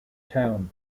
town